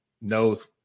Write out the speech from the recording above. knows